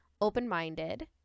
Open-minded